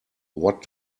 what